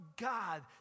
God